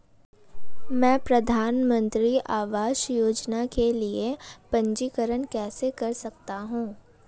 मैं प्रधानमंत्री आवास योजना के लिए पंजीकरण कैसे कर सकता हूं?